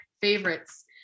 favorites